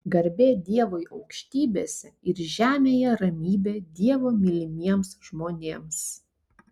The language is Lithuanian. garbė dievui aukštybėse ir žemėje ramybė dievo mylimiems žmonėms